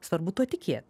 svarbu tuo tikėt